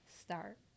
Start